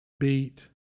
beat